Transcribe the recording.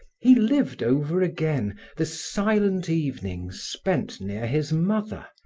he lived over again the silent evenings spent near his mother,